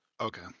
Okay